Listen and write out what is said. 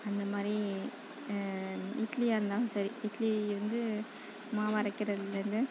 அந்தமாதிரி இட்லியாக இருந்தாலும் சரி இட்லி வந்து மாவு அரைக்கிறதுலேருந்து